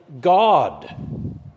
God